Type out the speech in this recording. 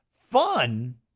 Fun